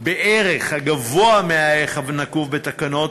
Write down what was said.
בערך הגבוה מהערך הנקוב בתקנות,